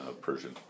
Persian